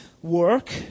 Work